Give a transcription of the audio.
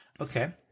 Okay